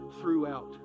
throughout